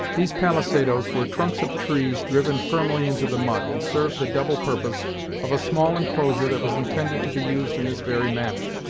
these palisadoes were trunks of trees driven firmly into the mud, and served the double purpose of a small inclosure that was intended to be used in this very manner,